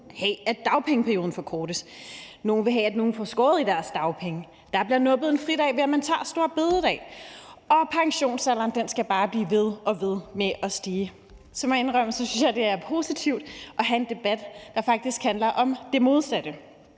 at dagpengeperioden forkortes; nogle vil have, at nogle bliver skåret i deres dagpenge; der bliver nuppet en fridag, ved at man tager store bededag; og pensionsalderen skal bare blive ved og ved med at stige. Der må jeg indrømme, at jeg synes, det er positivt at have en debat, der faktisk handler om det modsatte.